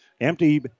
Empty